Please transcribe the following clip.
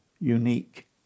unique